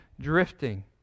drifting